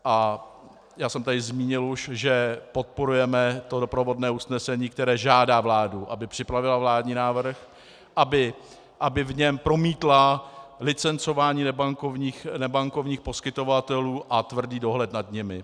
A já jsem tady už zmínil, že podporujeme to doprovodné usnesení, které žádá vládu, aby připravila vládní návrh, aby v něm promítla licencování nebankovních poskytovatelů a tvrdý dohled nad nimi.